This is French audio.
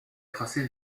tracé